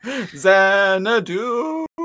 Xanadu